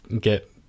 get